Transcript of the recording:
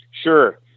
Sure